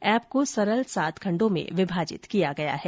app को सरल सात खण्डों में विभाजित किया गया है